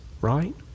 Right